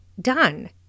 done